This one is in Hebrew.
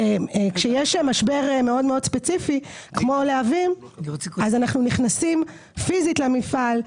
כשיש משבר מאוד ספציפי כמו "להבים" אז אנחנו נכנסים פיזית למפעל,